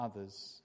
others